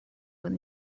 when